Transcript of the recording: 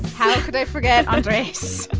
how could i forget andres?